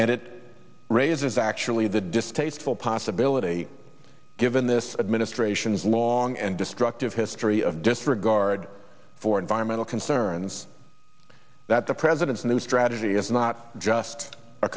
and it raises actually the distasteful possibility given this administration's long and destructive history of disregard for environmental concerns that the president's new strategy is not just a